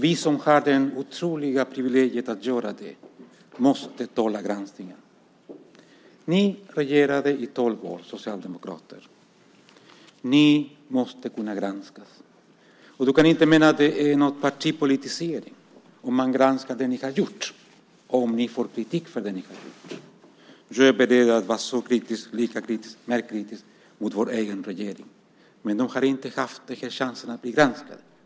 Vi som har det otroliga privilegiet att göra det måste tåla granskningen. Socialdemokraterna regerade i tolv år. Ni måste kunna granskas. Du kan inte mena att det är en partipolitisering om man granskar det ni har gjort och om ni får kritik för det ni har gjort. Jag kommer att vara lika kritisk eller mer kritisk mot vår egen regering, men den har inte haft chansen att bli granskad.